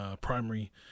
primary